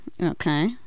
Okay